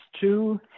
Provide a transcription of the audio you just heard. Two